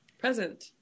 Present